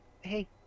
hey